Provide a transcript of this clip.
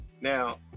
now